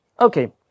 Okay